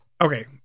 Okay